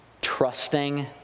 trusting